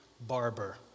barber